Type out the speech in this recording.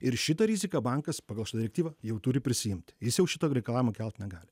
ir šitą riziką bankas pagal šitą direktyvą jau turi prisiimti jis jau šito reikalavimo kelt negali